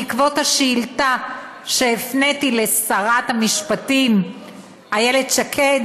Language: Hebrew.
בעקבות השאילתה שהפניתי לשרת המשפטים איילת שקד,